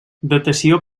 datació